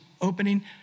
opening